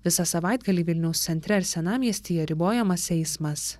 visą savaitgalį vilniaus centre ar senamiestyje ribojamas eismas